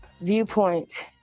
viewpoint